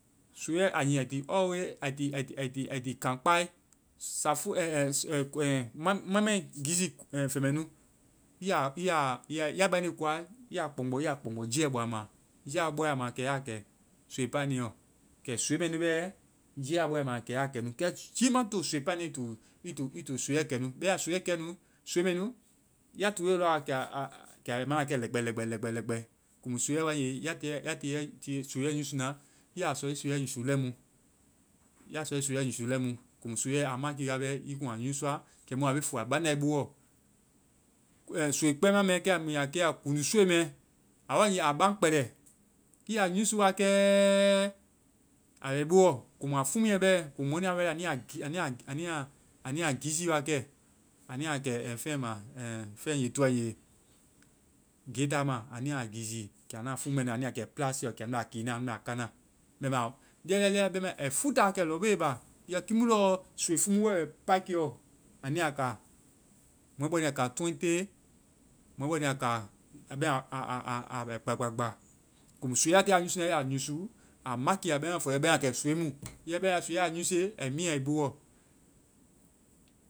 Soiiɛ a nyi ai ti always ai ti, ai ti, ai ti kaŋ kpae. Safo-ɛ, ɛ, ɛ ma mai giizi feŋ mɛ nu. i ya, i ya, ya baŋde i koa, i ya kpɔŋgbɔ, i ya kpɔŋgbɔ. Jiiɛ ai bɔ a ma. Jiiɛ, ai bɔ a ma, kɛ ya kɛ soii paniɛ ɔ. Kɛ soii mɛ nu bɛ, jiiɛ a bɔe a ma, kɛ ya kɛ nu. Kɛ jii ma to soii paniɛ ɔ, i to soiiɛ kɛ nu. Ya soiiɛ kɛe nu, soii mɛ nu, ya tuuwe lɔ a, kɛ a bɛ ma na kɛ, lɛkpɛ, lɛkpɛ, lɛkpɛ. Komu soiiɛ wae nge, ya tiie-ya tiie soiiɛ yusu na, i ya sɔ i soiiɛ yusu lɛimu. I ya sɔ i soiiɛ yusu lɛimu. Komu soiiɛ a maki wa bɛ i kuŋ a yusu kɛmu a be fua baŋda i boɔ. Soii kpɛma mɛ kɛ mu ya ke ya soii mɛ. A wae nge a baŋ kpɛlɛ. I ya yusu wakɛɛɛɛ, a bɛ i boɔ. Komu a fumuɛ bɛ. Komu mɔnu a fɛe, any ya giizi wa kɛ. Anu ya kɛ feŋ ma. Feŋ nge tɔɛ nge getaa anu ya giizi. Kɛ anda fumuɛ bi anda kɛ plastic ɔ. Kɛ anu bɛ a kii na, anu bɛ a kaana. Bɛma lia, lia lia-ai futa wakɛ lɔbele ba iyɔ kiimu lɔ soii fumu mu bɛ paikiɛ ɔ, anu ya ka. Mɔɛbɔnu ya ka twenty. Mɔɛbɔnu ya ka-bɛma a, a, a, bɛ gbagba, gbagba. Komu soiiɛ, ya tiie a yusu na, i ya yusu a maki ya, i ma fɔ bɛma soii mu. Bɛma soiiɛ ya yusu, ai miiɛa i boɔ.